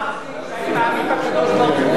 אמרתי שאני מאמין בקדוש-ברוך-הוא,